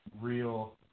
real